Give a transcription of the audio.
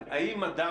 אחד, האם לאדם,